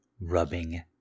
rubbing